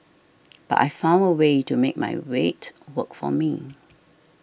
but I found a way to make my weight work for me